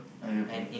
are you okay